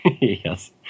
Yes